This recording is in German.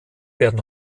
werden